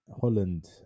Holland